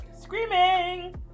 Screaming